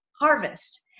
harvest